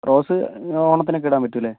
rose ഓണത്തിനൊക്കെ ഇടാൻ പറ്റും അല്ലേ